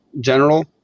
general